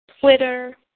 Twitter